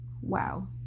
wow